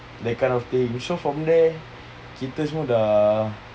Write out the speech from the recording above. that kind of thing you so from there kita semua dah